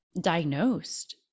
diagnosed